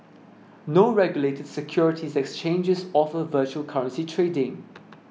no regulated securities exchanges offer virtual currency trading